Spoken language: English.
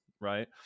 right